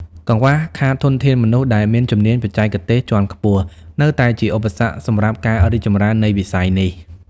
កង្វះខាតធនធានមនុស្សដែលមានជំនាញបច្ចេកទេសជាន់ខ្ពស់នៅតែជាឧបសគ្គសម្រាប់ការរីកចម្រើននៃវិស័យនេះ។